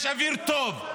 יש אוויר טוב.